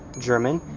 german,